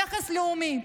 נכס לאומי.